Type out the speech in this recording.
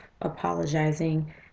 apologizing